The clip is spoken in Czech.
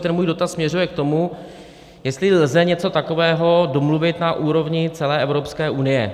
Jinými slovy, můj dotaz směřuje k tomu, jestli lze něco takového domluvit na úrovni celé Evropské unie.